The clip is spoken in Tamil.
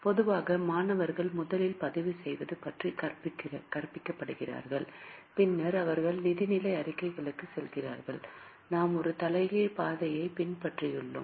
பொதுவாக மாணவர்கள் முதலில் பதிவு செய்வது பற்றி கற்பிக்கப்படுகிறார்கள் பின்னர் அவர்கள் நிதிநிலை அறிக்கைகளுக்குச் செல்கிறார்கள் நாம் ஒரு தலைகீழ் பாதையை பின்பற்றியுள்ளோம்